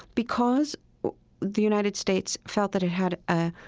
because the united states felt that it had ah